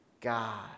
God